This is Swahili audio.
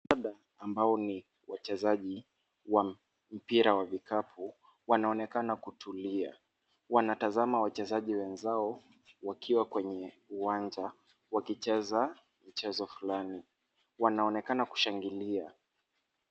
Wanadada ambao ni wachezaji wa mpira wa vikapu wanaonekana kutulia, wanatazama wachezaji wenzao wakiwa kwenye uwanja wakicheza mchezo fulani. Wanaonekana kushangilia.